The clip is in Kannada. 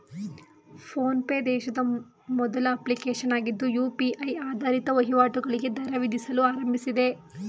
ಫೋನ್ ಪೆ ದೇಶದ ಮೊದಲ ಅಪ್ಲಿಕೇಶನ್ ಆಗಿದ್ದು ಯು.ಪಿ.ಐ ಆಧಾರಿತ ವಹಿವಾಟುಗಳಿಗೆ ದರ ವಿಧಿಸಲು ಆರಂಭಿಸಿದೆ